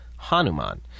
hanuman